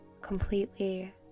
completely